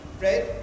right